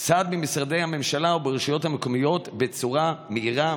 סעד ממשרדי הממשלה והרשויות המקומיות בצורה מהירה,